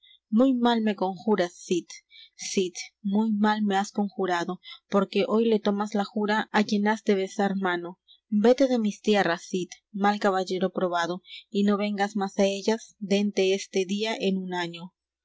muy mal me conjuras cid cid muy mal me has conjurado porque hoy le tomas la jura á quien has de besar mano vete de mis tierras cid mal caballero probado y no vengas más á ellas dente este día en un año